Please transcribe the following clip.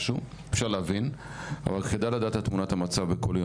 אבל כדאי לדעת את תמונת המצב בכל עיר,